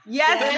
yes